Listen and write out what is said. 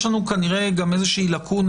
שיש לנו כנראה גם איזושהי לקונה,